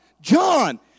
John